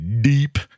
deep